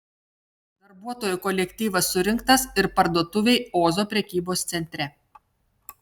darbuotojų kolektyvas surinktas ir parduotuvei ozo prekybos centre